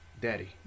Daddy